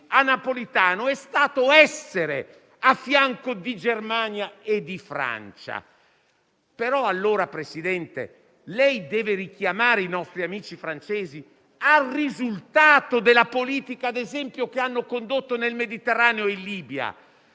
a Napolitano, è stato essere a fianco di Germania e di Francia. Presidente, lei deve allora richiamare i nostri amici francesi al risultato della politica, ad esempio, che hanno condotto nel Mediterraneo e in Libia.